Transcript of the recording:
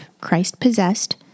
Christ-possessed